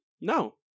No